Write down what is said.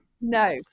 no